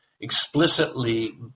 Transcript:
explicitly